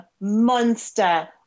monster